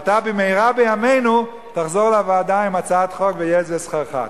ואתה במהרה בימינו תחזור לוועדה עם הצעת חוק ויהיה זה שכרך.